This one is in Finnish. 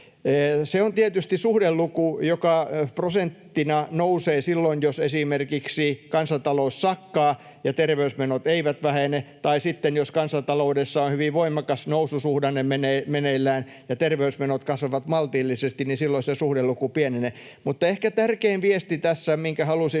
Se on tietysti suhdeluku, joka prosentteina nousee silloin, jos esimerkiksi kansantalous sakkaa ja terveysmenot eivät vähene. Tai sitten jos kansantaloudessa on hyvin voimakas noususuhdanne meneillään ja terveysmenot kasvavat maltillisesti, niin silloin se suhdeluku pienenee. Mutta ehkä tässä tärkein viesti, minkä halusin